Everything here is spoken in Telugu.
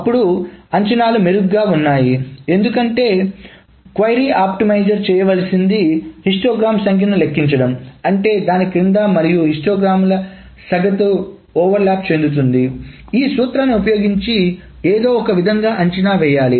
అప్పుడు అంచనాలు మెరుగ్గా ఉన్నాయి ఎందుకంటే ప్రశ్న ఆప్టిమైజర్ చేయవలసింది హిస్టోగ్రామ్ సంఖ్యను లెక్కించడం అంటే దాని క్రింద మరియు హిస్టోగ్రాం సగటు అతివ్యాప్తి చెందుతుంది ఈ సూత్రాన్ని ఉపయోగించి ఏదో ఒకవిధంగా అంచనా వేయాలి